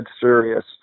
serious